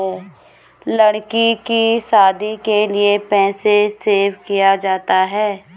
लड़की की शादी के लिए पैसे सेव किया जाता है